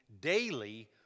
daily